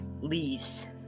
leaves